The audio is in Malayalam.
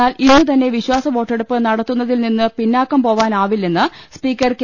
എന്നാൽ ഇന്നുതന്നെ വിശ്വാസവോട്ടെടുപ്പ് നട ത്തുന്നതിൽ നിന്ന് പിന്നാക്കം പോവാനാവില്ലെന്ന് സ്പീക്കർ കെ